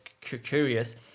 curious